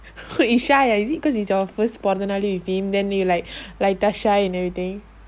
you shy ah is it cause it's your first then you like like just shy and everything